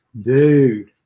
dude